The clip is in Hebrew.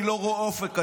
אני לא רואה אופק כזה,